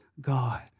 God